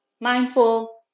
mindful